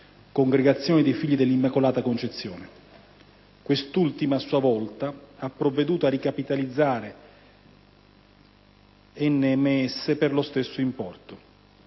Congregazione dei figli dell'Immacolata concezione. Quest'ultima a sua volta ha provveduto a ricapitalizzare NMS per lo stesso importo.